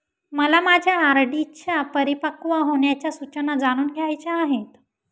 मला माझ्या आर.डी च्या परिपक्व होण्याच्या सूचना जाणून घ्यायच्या आहेत